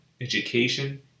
education